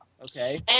Okay